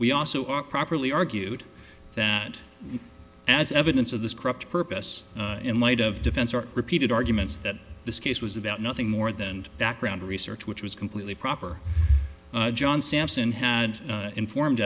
we also are properly argued that as evidence of this corrupt purpose in light of defense or repeated arguments that this case was about nothing more than background research which was completely proper john sampson had informed